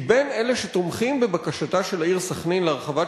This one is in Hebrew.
כי בין אלה שתומכים בבקשתה של העיר סח'נין להרחבת